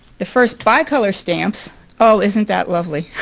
the first bicolor stamps oh isn't that lovely